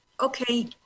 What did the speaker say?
Okay